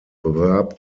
bewarb